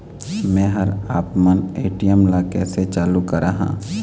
मैं हर आपमन ए.टी.एम ला कैसे चालू कराहां?